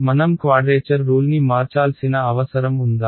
మనం క్వాడ్రేచర్ రూల్ని మార్చాల్సిన అవసరం ఉందా